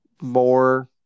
more